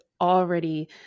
already